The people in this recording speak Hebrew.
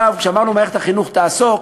כשאמרנו שמערכת החינוך תעסוק,